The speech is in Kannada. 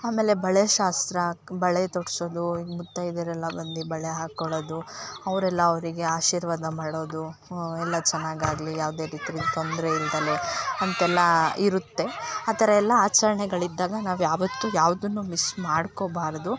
ಆಮೇಲೆ ಬಳೆ ಶಾಸ್ತ್ರ ಬಳೆ ತೊಡಿಸೋದು ಈ ಮುತ್ತೈದೆಯರೆಲ್ಲ ಬಂದು ಬಳೆ ಹಾಕೊಳ್ಳೋದು ಅವರೆಲ್ಲಾ ಅವರಿಗೆ ಆಶೀರ್ವಾದ ಮಾಡೋದು ಎಲ್ಲ ಚೆನ್ನಾಗಾಗ್ಲಿ ಯಾವುದೇ ರೀತಿಲಿ ತೊಂದರೆ ಇಲ್ದಲೆ ಅಂತೆಲ್ಲ ಇರುತ್ತೆ ಆ ಥರ ಎಲ್ಲ ಆಚರಣೆಗಳಿದ್ದಾಗ ನಾವು ಯಾವತ್ತು ಯಾವ್ದನ್ನು ಮಿಸ್ ಮಾಡ್ಕೋಬಾರದು